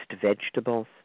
vegetables